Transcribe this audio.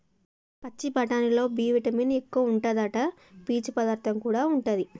పచ్చి బఠానీలల్లో B vitamin ఎక్కువుంటాదట, పీచు పదార్థం కూడా ఉంటది